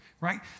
right